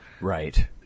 Right